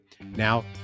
Now